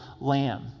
lamb